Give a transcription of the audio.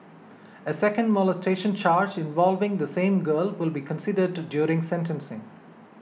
a second molestation charge involving the same girl will be considered during sentencing